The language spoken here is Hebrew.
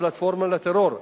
פלטפורמה לטרור.